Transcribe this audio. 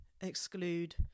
exclude